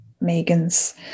Megan's